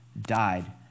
died